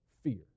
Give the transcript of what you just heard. Fear